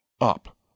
up